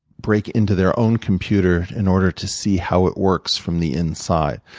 break into their own computer in order to see how it works from the inside.